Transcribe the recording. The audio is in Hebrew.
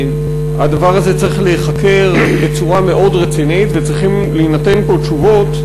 הדבר הזה צריך להיחקר בצורה מאוד רצינית וצריכות להינתן פה תשובות,